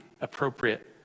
appropriate